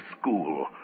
school